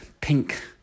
pink